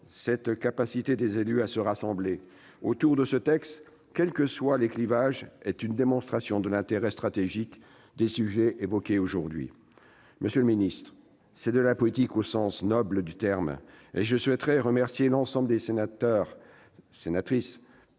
Cette capacité des élus à se rassembler autour de ce texte, quels que soient les clivages, est une démonstration de l'intérêt stratégique des sujets évoqués. Monsieur le ministre, c'est de la politique au sens noble du terme, et je souhaite remercier l'ensemble des sénatrices